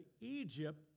Egypt